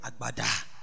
Agbada